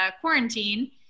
quarantine